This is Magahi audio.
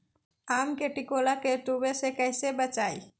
आम के टिकोला के तुवे से कैसे बचाई?